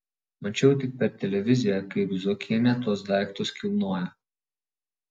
mačiau tik per televiziją kaip zuokienė tuos daiktus kilnoja